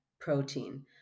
Protein